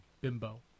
Bimbo